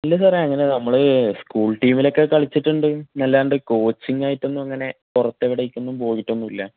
ഇല്ല സാറെ അങ്ങനെ നമ്മൾ സ്ക്കൂൾ ടീമിലൊക്കെ കളിച്ചിട്ടുണ്ട് അല്ലാണ്ട് കോച്ചിങ്ങായിട്ടൊന്നും അങ്ങനെ പുറത്തെവിടേക്കൊന്നും പോയിട്ടൊന്നുമില്ല